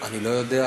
אני לא יודע,